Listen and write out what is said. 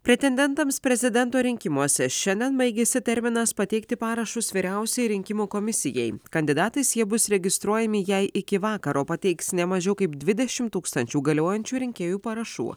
pretendentams prezidento rinkimuose šiandien baigiasi terminas pateikti parašus vyriausiajai rinkimų komisijai kandidatais jie bus registruojami jei iki vakaro pateiks ne mažiau kaip dvidešim tūkstančių galiojančių rinkėjų parašų